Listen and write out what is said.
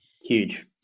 Huge